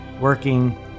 working